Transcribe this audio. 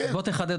בוא תחדד.